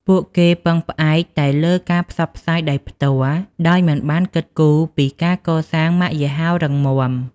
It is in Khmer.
ពួកគេពឹងផ្អែកតែលើការផ្សព្វផ្សាយដោយផ្ទាល់ ដោយមិនបានគិតគូរពីការកសាងម៉ាកយីហោរឹងមាំ។